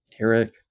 Eric